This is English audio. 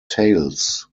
tales